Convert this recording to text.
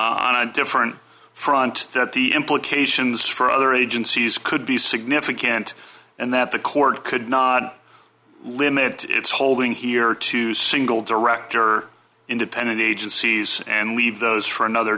implications for other agencies could be significant and that the court could not limit its holding here to single director independent agencies and leave those for another